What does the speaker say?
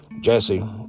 Jesse